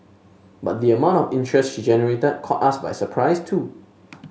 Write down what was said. but the amount of interest she generated caught us by surprise too